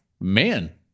man